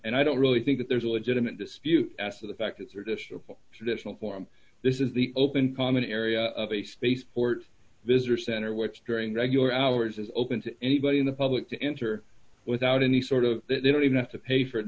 and i don't really think that there's a legitimate dispute as to the fact that you're this traditional form this is the open common area of a spaceport visitor center which during regular hours is open to anybody in the public to enter without any sort of they don't even have to pay for